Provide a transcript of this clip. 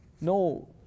No